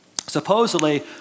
Supposedly